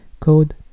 code